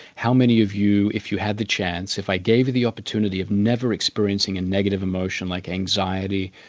how many of you, if you had the chance, if i gave you the opportunity of never experiencing a negative emotion like anxiety,